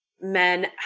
men